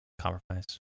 Compromise